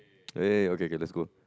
eh okay okay let's go